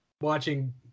watching